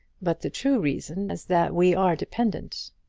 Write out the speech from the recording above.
but the true reason is that we are dependent.